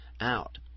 out